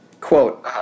Quote